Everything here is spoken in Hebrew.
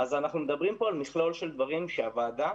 אנחנו מדברים פה על מכלול של הדברים שהוועדה,